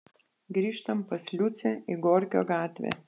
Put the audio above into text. grįžtam pas liucę į gorkio gatvę